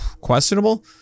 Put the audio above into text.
questionable